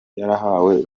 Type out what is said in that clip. yarahawe